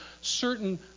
certain